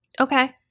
Okay